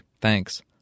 Thanks